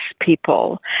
people